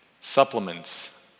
supplements